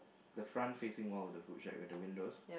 the front facing one of the foot tracks with the windows